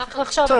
צריך לחשוב.